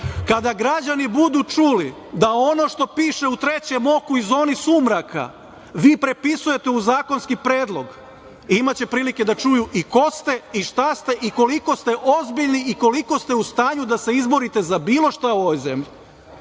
građani budu čuli da ono što piše u „Trećem oku“ i „Zoni sumraka“ vi prepisujete u zakonski predlog, imaće prilike da čuju i ko ste i šta ste i koliko ste ozbiljni i koliko ste u stanju da se izborite za bilo šta u ovoj zemlji.